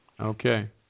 Okay